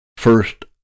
First